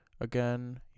again